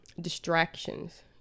distractions